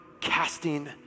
casting